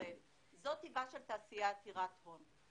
טיבה של תעשייה עתירת הון.